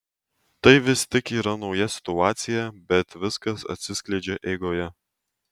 tai vis tik yra nauja situacija bet viskas atsiskleidžia eigoje